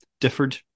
differed